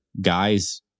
guys